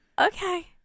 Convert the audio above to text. okay